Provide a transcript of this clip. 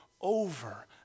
over